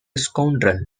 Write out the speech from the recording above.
scoundrel